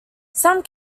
some